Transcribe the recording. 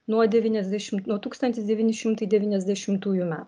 nuo devyniasdešim nuo tūkstantis devyni šimtai devyniasdešimtųjų me